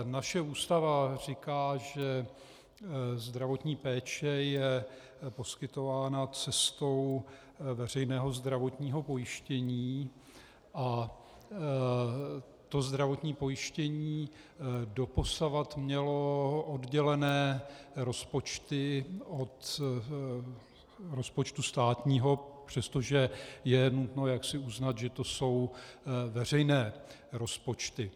Naše Ústava říká, že zdravotní péče je poskytována cestou veřejného zdravotního pojištění, a to zdravotní pojištění doposud mělo oddělené rozpočty od rozpočtu státního, přestože je nutno uznat, že to jsou veřejné rozpočty.